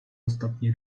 ostatni